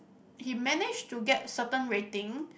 he managed to get certain rating